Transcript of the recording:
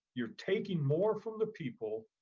you're taking more from the people,